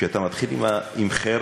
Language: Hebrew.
כשאתה מתחיל עם חרם,